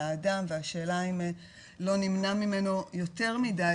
לאדם והשאלה אם לא נמנע ממנו יותר מדי?